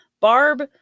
Barb